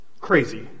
crazy